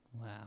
Wow